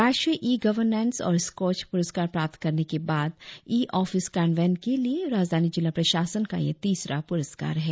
राष्ट्रीय e governance और स्कोच पुरस्कार प्राप्त करने के बाद ई ऑफिस कार्यान्वयन के लिए राजधानी जिला प्रशासन का यह तीसरा प्रस्कार है